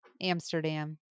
Amsterdam